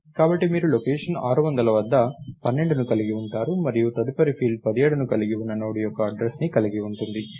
కాబట్టి మీరు లొకేషన్ 600 వద్ద 12ని కలిగి ఉంటారు మరియు తదుపరి ఫీల్డ్ 17ని కలిగి ఉన్న నోడ్ యొక్క అడ్రస్ ను కలిగి ఉంటుంది